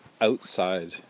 outside